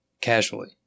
casually